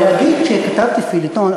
להגיד שכתבתי פיליטון,